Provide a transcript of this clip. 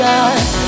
God